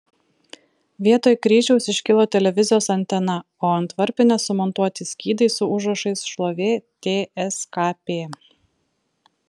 vietoj kryžiaus iškilo televizijos antena o ant varpinės sumontuoti skydai su užrašais šlovė tskp